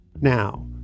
Now